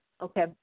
Okay